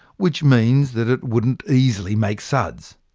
which means that it wouldn't easily make suds.